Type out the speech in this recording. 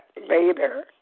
Later